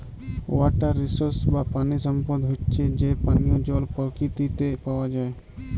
water resources বা পানি সম্পদ হচ্যে যে পানিয় জল পরকিতিতে পাওয়া যায়